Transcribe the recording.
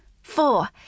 Four